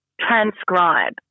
transcribe